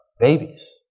babies